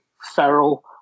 feral